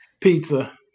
Pizza